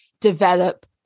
develop